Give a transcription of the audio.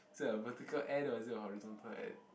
so is it a vertical N or is it a horizontal N